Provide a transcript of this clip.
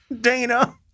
Dana